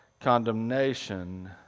condemnation